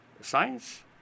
science